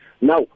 Now